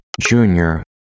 Junior